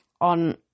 on